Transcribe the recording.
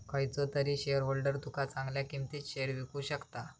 खयचो तरी शेयरहोल्डर तुका चांगल्या किंमतीत शेयर विकु शकता